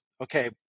okay